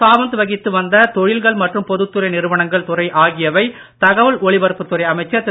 சாவந்த் வகித்து வந்த தொழில்கள் மற்றும் பொதுத்துறை நிறுவனங்கள் துறை ஆகியவை தகவல் ஒலிபரப்புத் துறை அமைச்சர் திரு